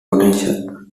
potential